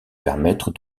permettre